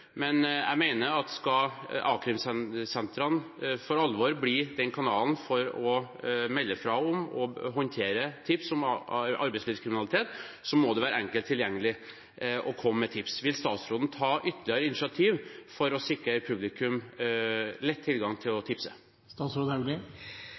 Jeg mener at skal a-krimsentrene for alvor bli kanalen for å melde fra om og håndtere tips om arbeidslivskriminalitet, må det være enkelt tilgjengelig å komme med tips. Vil statsråden ta ytterligere initiativ for å sikre publikum lett tilgang til å